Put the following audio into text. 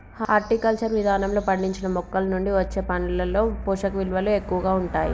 horticulture విధానంలో పండించిన మొక్కలనుండి వచ్చే పండ్లలో పోషకవిలువలు ఎక్కువగా ఉంటాయి